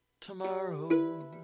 tomorrow